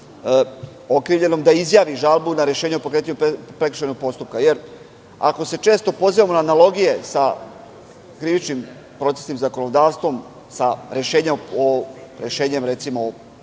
da izjavi žalbu na rešenje o pokretanju prekršajnog postupka, jer ako se često pozivamo na analogije sa krivičnim procesnim zakonodavstvom, sa rešenjem o